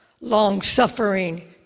long-suffering